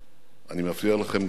אני מבטיח לכם גם זאת,